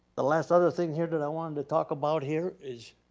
the last other thing here that i wanted to talk about here is,